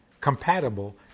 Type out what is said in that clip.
Compatible